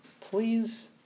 please